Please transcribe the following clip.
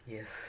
Yes